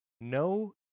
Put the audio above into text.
No